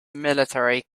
military